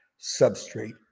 substrate